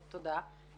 תודה.